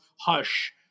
Hush